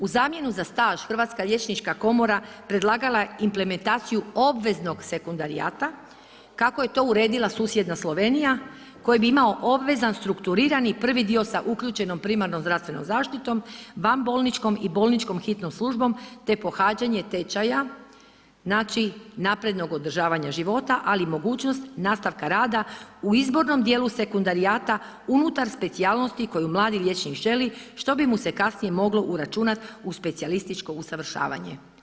U zamjenu za staž, Hrvatska liječnika komora predlagala je implementaciju obveznog sekundarijata kako je to uredila susjedna Slovenija, koji bi imao obvezan strukturirani prvi dio sa uključenom primarnom zdravstvenom zaštitom vanbolničkom i bolničkom hitnom službom te pohađanje tečaja, znači naprednog održavanja života ali i mogućnost nastavka rada u izbornom djelu sekundarijata unutar specijalnosti koju mladi liječnik želi što bi mu se kasnije moglo uračunati u specijalističko usavršavanje.